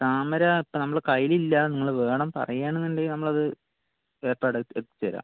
താമര ഇപ്പോൾ നമ്മളുടെ കയ്യിലില്ല നിങ്ങൾ വേണമെന്ന് പറയാണെങ്കിൽ നമ്മൾ അത് ഏർപ്പാട് എത്തിച്ച് തരാം